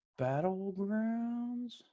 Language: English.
Battlegrounds